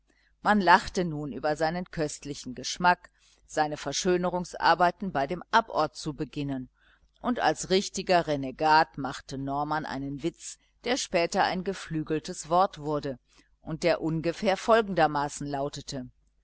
man lachte nun über seinen köstlichen geschmack seine verschönerungsarbeiten bei dem abort zu beginnen und als richtiger renegat machte norman einen witz der später ein geflügeltes wort wurde und der ungefähr folgendermaßen lautete